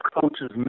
coaches